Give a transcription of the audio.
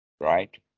right